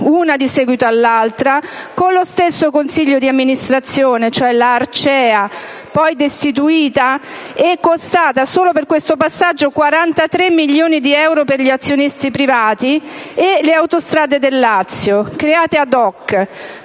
una di seguito all'altra, con lo stesso consiglio di amministrazione, cioè l'ARCEA, poi destituita (solo questo passaggio è costato 43 milioni di euro per gli azionisti privati), e le autostrade del Lazio create *ad hoc*